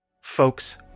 Folks